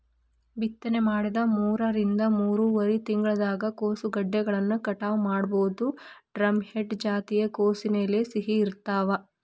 ಬಿತ್ತನೆ ಮಾಡಿದ ಮೂರರಿಂದ ಮೂರುವರರಿ ತಿಂಗಳದಾಗ ಕೋಸುಗೆಡ್ಡೆಗಳನ್ನ ಕಟಾವ ಮಾಡಬೋದು, ಡ್ರಂಹೆಡ್ ಜಾತಿಯ ಕೋಸಿನ ಎಲೆ ಸಿಹಿ ಇರ್ತಾವ